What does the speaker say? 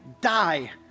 die